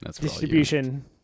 distribution